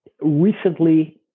recently